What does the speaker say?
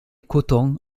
cotton